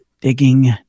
Digging